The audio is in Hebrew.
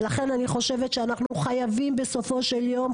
ולכן אני חושבת שאנחנו חייבים בסופו של יום,